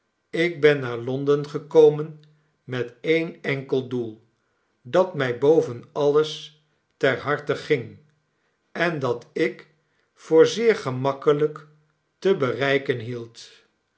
ik ben naar londen gekomen met een enkel doel dat mij boven alles ter harte ging en dat ik voor zeer gemakkelijk te bereiken hield